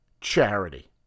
charity